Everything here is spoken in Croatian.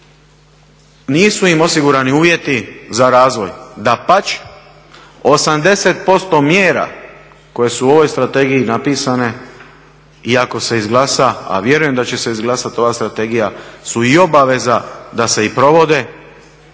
nisu im osigurani uvjeti za razvoj. Dapače, 80% mjera koje su u ovoj strategiji napisane i ako se i glasa, a vjerujem da će se izglasati ova strategija, su i obaveza da se i provode,